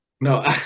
No